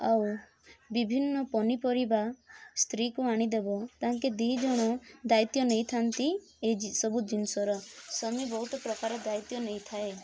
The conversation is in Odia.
ଆଉ ବିଭିନ୍ନ ପନିପରିବା ସ୍ତ୍ରୀକୁ ଆଣିଦେବ ତାଙ୍କେ ଦୁଇ ଜଣ ଦାୟିତ୍ୱ ନେଇଥାନ୍ତି ଏଇ ସବୁ ଜିନିଷର ସ୍ୱାମୀ ବହୁତ ପ୍ରକାର ଦାୟିତ୍ୱ ନେଇଥାଏ